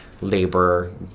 labor